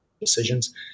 decisions